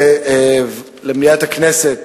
ההודעה התקבלה ואושרה.